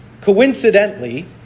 coincidentally